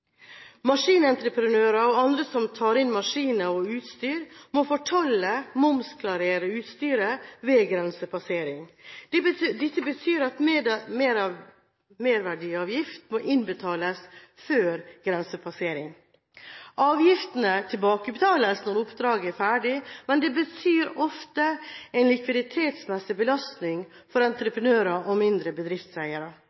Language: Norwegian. Maskinentreprenører og andre som tar inn maskiner og utstyr, må fortolle – momsklarere – utstyret ved grensepassering. Dette betyr at merverdiavgift må innbetales før grensepassering. Avgiftene tilbakebetales når oppdraget er ferdig, men det betyr ofte en likviditetsmessig belastning for